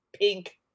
pink